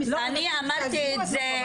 אני אמרתי את זה,